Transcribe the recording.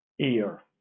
ear